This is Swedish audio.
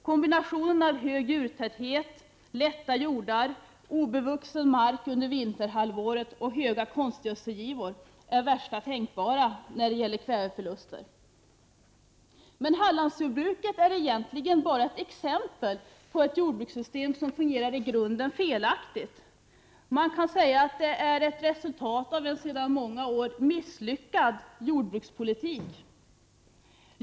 Kombinationen av hög djurtäthet, lätta jordar, obevuxen mark under vinterhalvåret och höga konstgödselgivor är den värsta tänkbara när det gäller kväveförluster. Men Hallandsjordbruket är egentligen bara ett exempel på ett jordbrukssystem som i grunden fungerar felaktigt. Man kan säga att Hallandsjordbruket är ett resultat av en sedan många år misslyckad jordbrukspolitik.